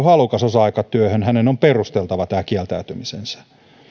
halukas osa aikatyöhön hänen on perusteltava tämä kieltäytymisensä